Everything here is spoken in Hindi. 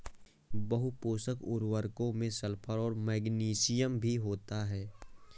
बहुपोषक उर्वरकों में सल्फर और मैग्नीशियम भी होते हैं